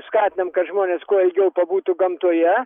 skatinam kad žmonės kuo ilgiau pabūtų gamtoje